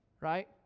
Right